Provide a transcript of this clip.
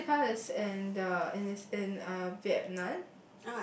Mount-Fansipan is in the it is in uh Vietnam